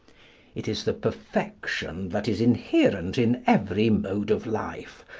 it is the perfection that is inherent in every mode of life,